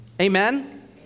Amen